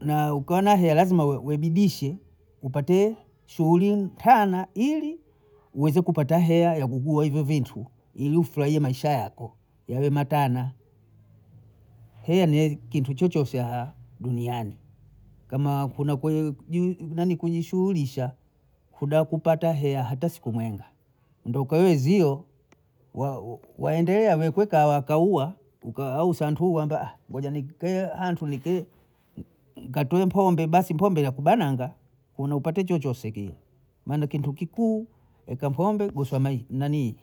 na ukiwa na heya lazima uwajibishe upate shuhuli ntana ili uweze kupata heya ya kuguha hivyo vitu ili ufurahie Maisha yako yawe matana, heanieze kintu chochose aha duniani, kama kuna ku nanii kujishuhulisha huda kupata heya hata siku mwenge, ndo kwa hiyo ziyo wa- waendelea ka kwekaya kauwa, uka au santuhu wamba ngoja nkee hantu nke n- nkatoe pombe basi mpombe yakubananga kunywa hupati chochose kiye maana kintu kikuu wenka pombe goswe mani nanii